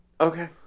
Okay